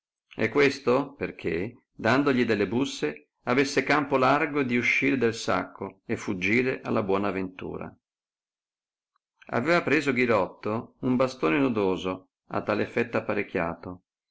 e questo perchè dandogli delle busse avesse campo largo di uscire del sacco e fuggire alla buona ventura aveva preso ghirotto un bastone nodoso a tal effetto apparecchiato